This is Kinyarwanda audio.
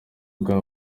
bwabo